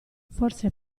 forse